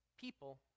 people